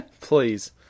Please